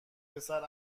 پسر